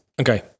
Okay